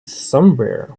somewhere